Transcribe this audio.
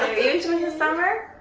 are you enjoying the summer?